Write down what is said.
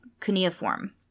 cuneiform